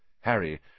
Harry